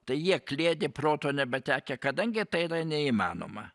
tai jie kliedi proto nebetekę kadangi tai yra neįmanoma